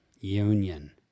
Union